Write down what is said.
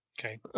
Okay